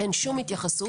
אין שום התייחסות,